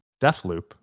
Deathloop